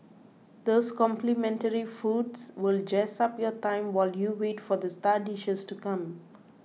those complimentary foods will jazz up your time while you wait for the star dishes to come